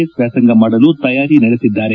S ವ್ಲಾಸಾಂಗ ಮಾಡಲು ತಯಾರಿ ನಡೆಸಿದ್ದಾರೆ